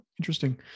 Interesting